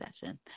session